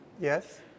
Yes